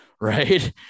right